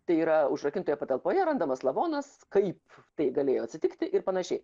tai yra užrakintoje patalpoje randamas lavonas kaip tai galėjo atsitikti ir panašiai